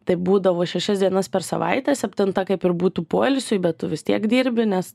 tai būdavo šešias dienas per savaitę septinta kaip ir būtų poilsiui bet tu vis tiek dirbi nes